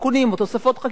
או תוספות חקיקה,